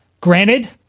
granted